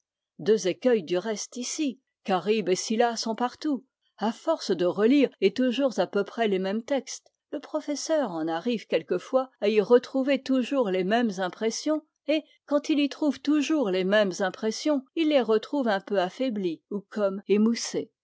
deux écueils du reste ici charybde et scylla sont partout à force de relire et toujours à peu près les mêmes textes le professeur en arrive quelquefois à y retrouver toujours les mêmes impressions et quand il y trouve toujours les mêmes impressions il les retrouve un peu affaiblies ou comme émoussées